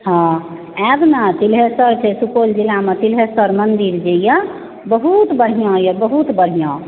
हँ आयब ने तिलहेश्वर छै सुपौल जिलामे तिलहेश्वर मन्दिर जे यऽ बहुत बढ़िऑं यऽ बहुत बढ़िऑं